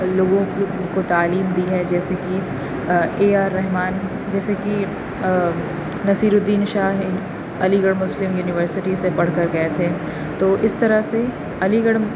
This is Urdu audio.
لوگوں کو تعلیم دی ہے جیسے کہ اے آر رحمان جیسے کہ Naseeruddin Shah Aligarh Muslim University سے پڑھ کر گئے تھے تو اس طرح سے علی گڑھ